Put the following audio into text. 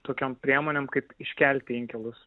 tokiom priemonėm kaip iškelti inkilus